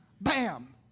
Bam